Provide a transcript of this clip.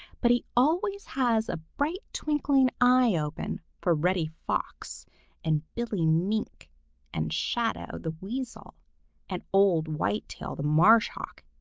but he always has a bright twinkling eye open for reddy fox and billy mink and shadow the weasel and old whitetail the marsh hawk,